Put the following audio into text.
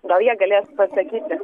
gal jie galės pasakyti